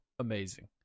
amazing